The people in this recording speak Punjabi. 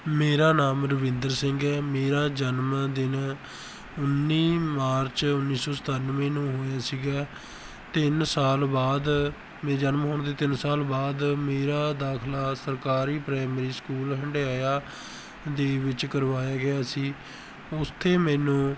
ਮੇਰਾ ਨਾਮ ਰਵਿੰਦਰ ਸਿੰਘ ਹੈ ਮੇਰਾ ਜਨਮ ਦਿਨ ਉੱਨੀ ਮਾਰਚ ਉੱਨੀ ਸੌ ਸਤਾਨਵੇਂ ਨੂੰ ਹੋਇਆ ਸੀਗਾ ਤਿੰਨ ਸਾਲ ਬਾਅਦ ਮੇਰੇ ਜਨਮ ਹੋਣ ਦੇ ਤਿੰਨ ਸਾਲ ਬਾਅਦ ਮੇਰਾ ਦਾਖਲਾ ਸਰਕਾਰੀ ਪ੍ਰਾਇਮਰੀ ਸਕੂਲ ਹੰਡਿਆਇਆ ਦੇ ਵਿੱਚ ਕਰਵਾਇਆ ਗਿਆ ਸੀ ਉੱਥੇ ਮੈਨੂੰ